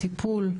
הטיפול,